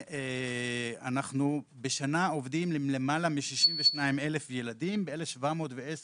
אנחנו בשנה עובדים עם למעלה מ-62,000 ילדים ב-1,710